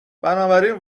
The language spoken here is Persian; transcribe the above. بنابراین